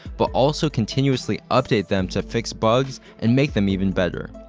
but also continuously update them to fix bugs and make them even better.